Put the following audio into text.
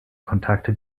kontakte